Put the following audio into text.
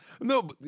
No